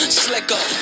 slicker